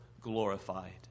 glorified